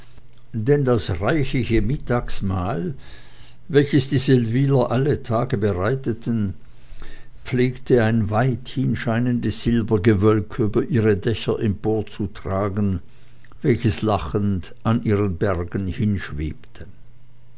denn das reichlich mittagsmahl welches die seldwyler alle tage bereiteten pflegte ein weithin scheinendes silbergewölk über ihre dächer emporzutragen welches lachend an ihren bergen hinschwebte